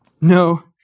No